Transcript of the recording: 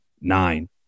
nine